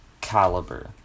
caliber